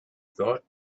thought